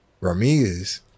Ramirez